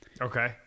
Okay